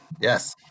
Yes